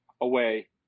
away